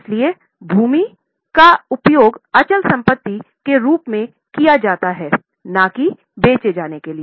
इसलिए भूमि का उपयोग अचल संपत्ति के रूप में किया जाता है न की बेचे जाने के लिए है